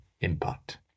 impact